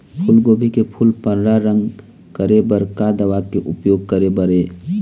फूलगोभी के फूल पर्रा रंग करे बर का दवा के उपयोग करे बर ये?